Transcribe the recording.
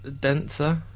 Denser